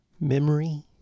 Memory